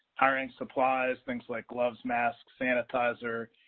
hiring supplies, things like gloves, masks, sanitizer,